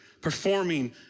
performing